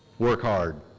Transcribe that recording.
work hard.